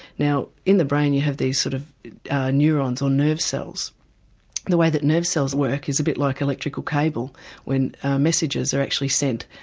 now in the brain you have these sort of neurones or nerve cells way that nerve cells work is a bit like electrical cable when messages are actually sent